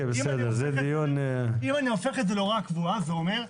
אם אני הופך את זה להוראה קבועה זה אומר,